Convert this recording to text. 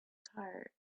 tired